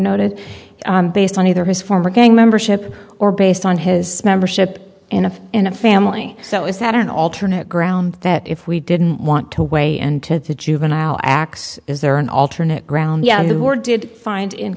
noted based on either his former gang membership or based on his membership in a in a family so is that an alternate ground that if we didn't want to weigh into the juvenile acts is there an alternate ground yeah the board did find in